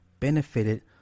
benefited